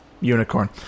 unicorn